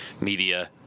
media